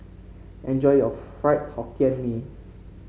enjoy your Fried Hokkien Mee